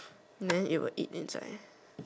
then it will eat inside